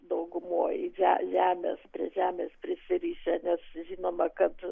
daugumoj žemės prie žemės prisirišę nes žinoma kad